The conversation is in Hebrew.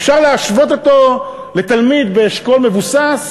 אפשר להשוות אותו לתלמיד באשכול מבוסס?